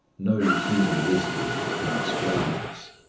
no human wisdom can explain this.